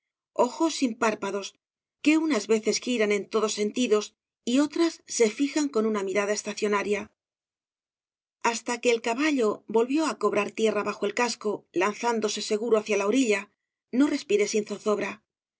ojos sin párpados que unas veces giran en todos sentidos y otras se fijan con una mirada estacionaria hasta que el caballo volvió á cobrar tierra bajo el casco lanzándose seguro hacia la orilla no respiré sin zozobra